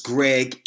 Greg